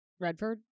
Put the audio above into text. Redford